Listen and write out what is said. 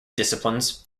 disciplines